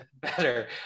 better